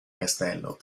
castello